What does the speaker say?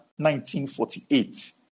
1948